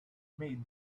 made